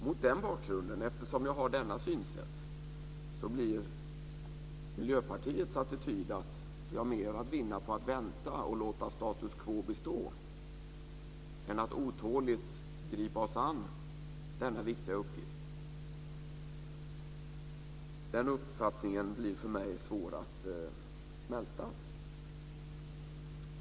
Mot bakgrunden av att jag har detta synsätt blir Miljöpartiets attityd, att vi har mer att vinna på att vänta och hoppas att status quo består än att otåligt gripa oss an denna viktiga uppgift, för mig svår att smälta.